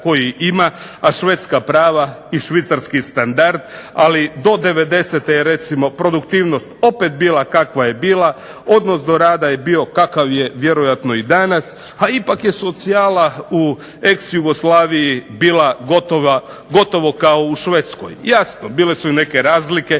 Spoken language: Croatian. koji ima, a švedska prava i švicarski standard, ali do '90. je recimo produktivnost opet bila kakva je bila, odnos do rada je bio kakav je vjerojatno i danas, a ipak je socijala u eks Jugoslaviji bila gotovo kao u Švedskoj. Jasno, bile su i neke razlike.